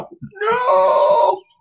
No